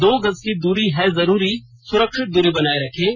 दो गज की दूरी है जरूरी सुरक्षित दूरी बनाए रखें